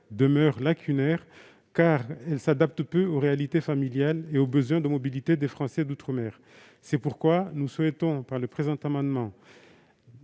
demeure lacunaire, en ce qu'elle s'adapte peu aux réalités familiales et aux besoins de mobilité des Français d'outre-mer. C'est pourquoi nous souhaitons, par le présent amendement,